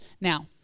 Now